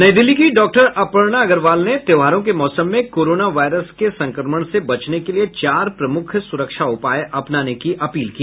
नई दिल्ली की डॉक्टर अपर्णा अग्रवाल ने त्योहारों के मौसम में कोरोना वायरस के संक्रमण से बचने के लिए चार प्रमुख सुरक्षा उपाय अपनाने की अपील की